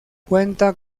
cuenta